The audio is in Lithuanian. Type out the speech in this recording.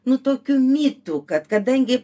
nu tokių mitų kad kadangi